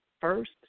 first